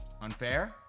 Unfair